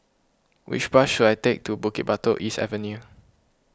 which bus should I take to Bukit Batok East Avenue